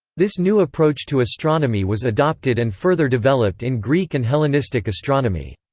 this new approach to astronomy was adopted and further developed in greek and hellenistic astronomy.